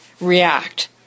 react